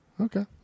okay